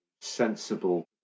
sensible